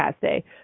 Day